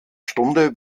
stunde